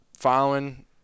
following